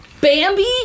Bambi